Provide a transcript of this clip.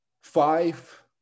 five